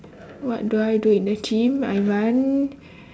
what do I do in the gym I run